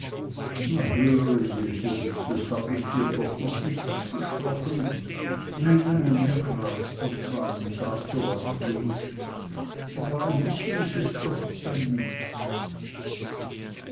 höre jeserich das hab ich dir doch noch nicht abgesprochen nein nein herr graf gott man sagt so was bloß aber ein bißchen is es doch damit